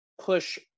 push